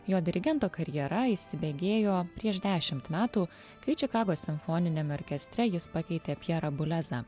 jo dirigento karjera įsibėgėjo prieš dešimt metų kai čikagos simfoniniame orkestre jis pakeitė pjerą bulezą